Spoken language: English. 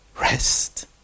rest